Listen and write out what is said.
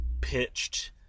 pitched